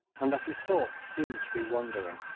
and that his thoughts seemed to be wandering.